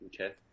okay